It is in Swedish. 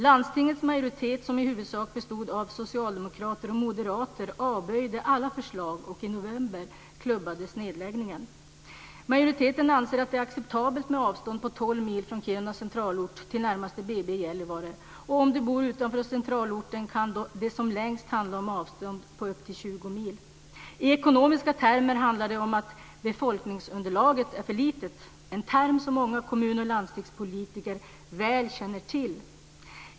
Landstingets majoritet som i huvudsak bestod av socialdemokrater och moderater avböjde alla förslag, och i november klubbades nedläggningen. Majoriteten anser att det är acceptabelt med ett avstånd på 12 mil från Kirunas centralort till närmaste BB i Gällivare. Om du bor utanför centralorten kan det som längst handla om ett avstånd på 20 mil. I ekonomiska termer handlar det om att befolkningsunderlaget är för litet, en term som många kommun och landstingspolitiker väl känner till.